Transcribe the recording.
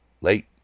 Late